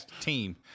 team